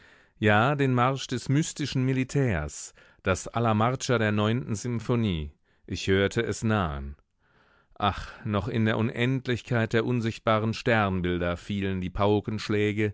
ja den marsch des mystischen militärs das alla marcia der neunten symphonie ich hörte es nahen ach noch in der unendlichkeit der unsichtbaren sternbilder fielen die